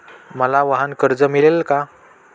मला वाहनकर्ज मिळेल का?